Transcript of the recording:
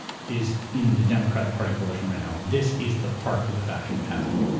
is in the democratic party coalition right now, this is the part of the faction that has it.